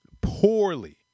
Poorly